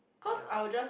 cause I will just